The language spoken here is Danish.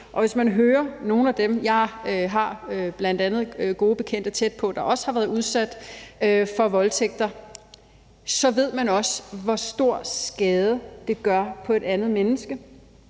udsat for voldtægt – jeg har bl.a. gode bekendte tæt på, der også har været udsat for det – så ved man også, hvor stor skade det gør på et menneske